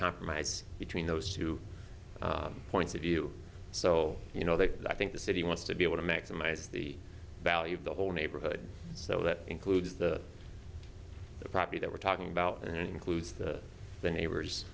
compromise between those two points of view so you know that i think the city wants to be able to maximize the value of the whole neighborhood so that includes the poppy that we're talking about and includes the the neighbors